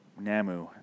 Namu